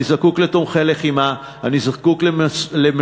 אני זקוק לתומכי לחימה,